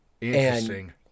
Interesting